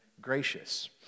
gracious